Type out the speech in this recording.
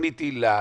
תוכנית היל"ה,